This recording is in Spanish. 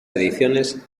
ediciones